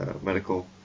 medical